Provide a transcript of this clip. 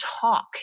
talk